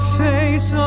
face